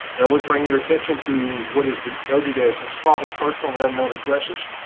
that would bring your attention to what is denoted as insolvent personal and unknown addresses.